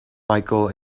micheal